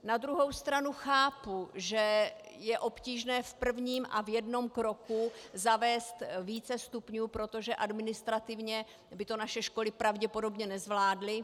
Na druhou stranu chápu, že je obtížné v prvním a v jednom kroku zavést více stupňů, protože administrativně by to naše školy pravděpodobně nezvládly.